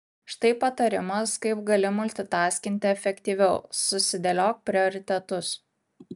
štai patarimas kaip gali multitaskinti efektyviau susidėliok prioritetus